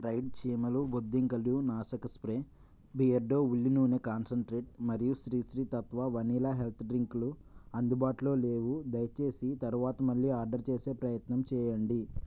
ride చీమలు బొద్దింకల నాశక స్ప్రే బియర్డో ఉల్లి నూనె కాన్సంట్రేట్ మరియు శ్రీ శ్రీ తత్వా వనీలా హెల్త్ డ్రింక్లు అందుబాటులో లేవు దయచేసి తరువాత మళ్ళీ ఆర్డర్ చేసే ప్రయత్నం చేయండి